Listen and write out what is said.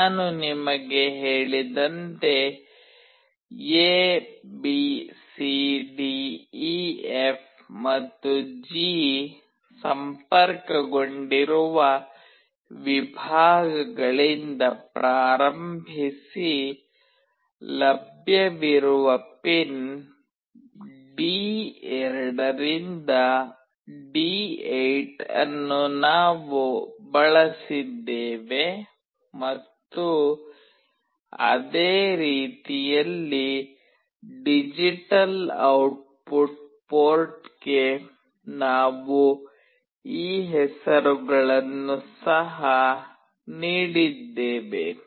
ನಾನು ನಿಮಗೆ ಹೇಳಿದಂತೆ A B C D E F ಮತ್ತು ಜಿ ಸಂಪರ್ಕಗೊಂಡಿರುವ ವಿಭಾಗಗಳಿಂದ ಪ್ರಾರಂಭಿಸಿ ಲಭ್ಯವಿರುವ ಪಿನ್ ಡಿ2 ರಿಂದ ಡಿ8 ಅನ್ನು ನಾವು ಬಳಸಿದ್ದೇವೆ ಮತ್ತು ಅದೇ ರೀತಿಯಲ್ಲಿ ಡಿಜಿಟಲ್ ಔಟ್ಪುಟ್ ಪೋರ್ಟ್ಗೆ ನಾವು ಈ ಹೆಸರುಗಳನ್ನು ಸಹ ನೀಡಿದ್ದೇವೆ